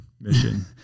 mission